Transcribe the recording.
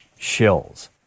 shills